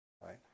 right